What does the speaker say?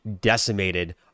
decimated